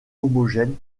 homogène